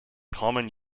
common